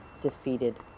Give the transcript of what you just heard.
defeated